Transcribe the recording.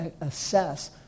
assess